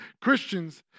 Christians